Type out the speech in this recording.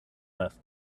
left